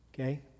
Okay